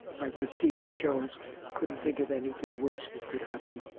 i guess df jones couldn't think of anything worse that could happen.